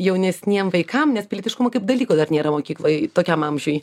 jaunesniem vaikam nes pilietiškumo kaip dalyko dar nėra mokykloj tokiam amžiuj